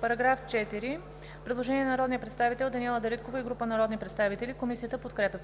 Предложение на народния представител Даниела Дариткова и група народни представители. Комисията подкрепя